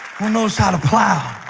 who knows how to plow.